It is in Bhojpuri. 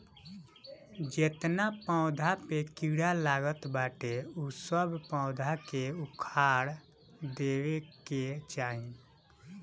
जेतना पौधा पे कीड़ा लागल बाटे उ सब पौधा के उखाड़ देवे के चाही